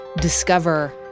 discover